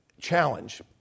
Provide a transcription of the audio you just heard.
challenge